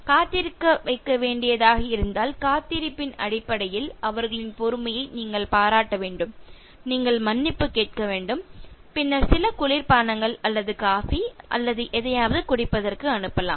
காத்திருக்க வைக்க வேண்டியதாக இருந்தால் காத்திருப்பின் அடிப்படையில் அவர்களின் பொறுமையை நீங்கள் பாராட்ட வேண்டும் நீங்கள் மன்னிப்பு கேட்க வேண்டும் பின்னர் சில குளிர்பானங்கள் அல்லது காபி அல்லது எதையாவது குடிப்பதற்கு அனுப்பலாம்